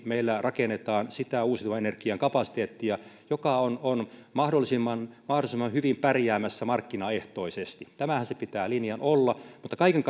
meillä rakennetaan sitä uusiutuvan energian kapasiteettia joka on on mahdollisimman hyvin pärjäämässä markkinaehtoisesti tämähän sen linjan pitää olla mutta kaiken